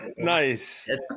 Nice